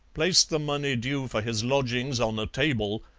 placed the money due for his lodgings on a table,